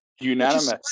unanimous